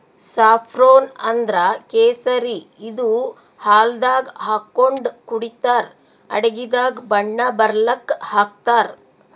saffron ಅಂದ್ರ ಕೇಸರಿ ಇದು ಹಾಲ್ದಾಗ್ ಹಾಕೊಂಡ್ ಕುಡಿತರ್ ಅಡಗಿದಾಗ್ ಬಣ್ಣ ಬರಲಕ್ಕ್ ಹಾಕ್ತಾರ್